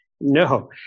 no